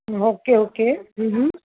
okay okay હં હં